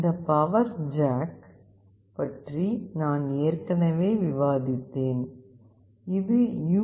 இந்த power jack பற்றி நான் ஏற்கனவே விவாதித்தேன் இது யூ